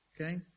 Okay